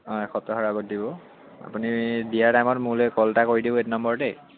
অঁ এসপ্তাহৰ আগত দিব আপুনি দিয়াৰ টাইমত মোলে কল এটা কৰি দিব এইটো নম্বৰতেই